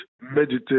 Meditate